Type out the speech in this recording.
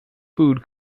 food